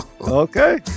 Okay